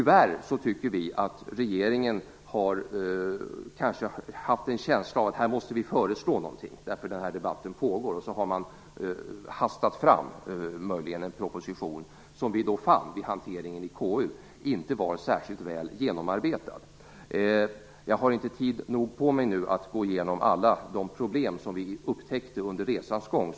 Vi tycker att regeringen tyvärr kanske haft en känsla av att man måste föreslå någonting. Debatten pågår, och man har möjligen hastat fram en proposition, som vi i hanteringen i KU fann inte var särskilt väl genomarbetad. Jag har nu inte tillräckligt med tid för att gå igenom alla de problem som vi upptäckte under resans gång.